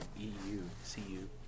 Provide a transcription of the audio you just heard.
E-U-C-U